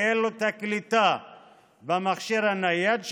כי אין לו קליטה במכשיר הנייד שלו,